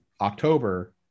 October